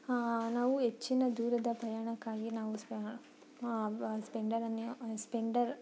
ನಾವು ಹೆಚ್ಚಿನ ದೂರದ ಪ್ರಯಾಣಕ್ಕಾಗಿ ನಾವು ಸ್ಪೆಂಡರನ್ನೇ ಸ್ಪೆಂಡರ್